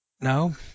No